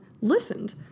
listened